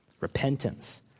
Repentance